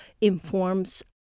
informs